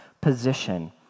position